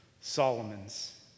Solomon's